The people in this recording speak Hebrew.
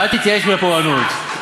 "ואל תתייאש מן הפורענות".